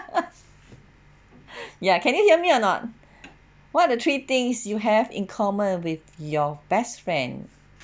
ya can you hear me or not what are the three things you have in common with your best friend